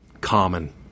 common